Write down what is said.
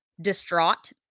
distraught